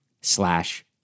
slash